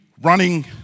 running